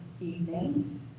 evening